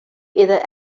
either